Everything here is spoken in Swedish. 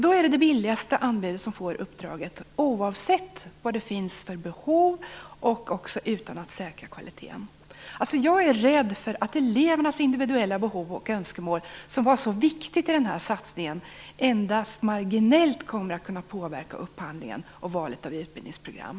Då får det billigaste anbudet uppdraget, oavsett vad det finns för behov och utan att kvaliteten säkras. Jag är rädd att elevernas individuella behov och önskemål, som var så viktiga i den här satsningen, endast marginellt kommer att kunna påverka upphandlingen och valet av utbildningsprogram.